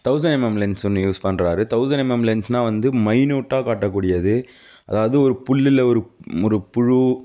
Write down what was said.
thousand MM lens ஒன்று use பண்ணுறாரு thousand MM லென்ஸ்னா வந்து மைன்யூட்டாக காட்டக்கூடியது அதாவது ஒரு புல்லில் ஒரு ஒரு புழு